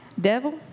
devil